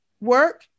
work